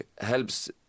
helps